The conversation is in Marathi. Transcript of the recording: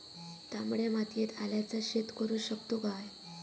तामड्या मातयेत आल्याचा शेत करु शकतू काय?